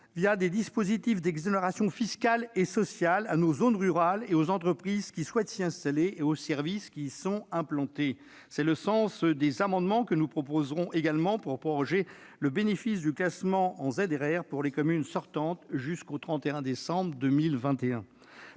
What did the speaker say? des dispositifs d'exonération fiscale et sociale, à nos zones rurales et aux entreprises qui souhaitent s'y installer et aux services qui y sont implantés. C'est le sens des amendements que nous défendrons, afin de proroger le bénéfice du classement en zones de revitalisation rurale (ZRR) pour les communes sortantes, jusqu'au 31 décembre 2021.